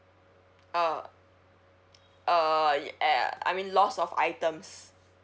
uh uh yeah I mean lost of items